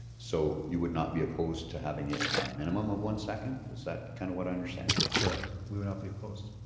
so you would not be opposed to having it a minimum of one second, is that kind of what i understand? correct. we would not be opposed.